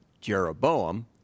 Jeroboam